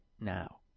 now